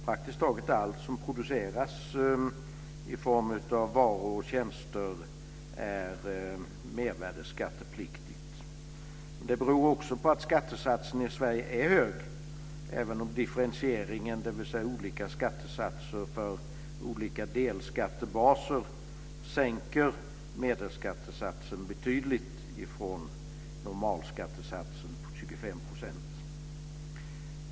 Praktiskt taget allt som produceras i form av varor och tjänster är mervärdesskattepliktigt. Det beror också på att skattesatsen i Sverige är hög även om differentieringen, dvs. systemet med olika skattesatser för olika delskattebaser, sänker medelskattesatsen betydligt i förhållande till normalskattesatsen på 25 %.